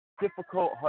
difficult